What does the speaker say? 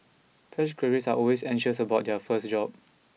fresh graduates are always anxious about their first job